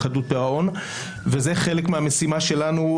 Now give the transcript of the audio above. וזו חלק מהמשימה שלנו,